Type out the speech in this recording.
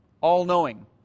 all-knowing